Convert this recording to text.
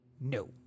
no